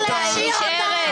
אני רוצה לומר משהו לפרוטוקול.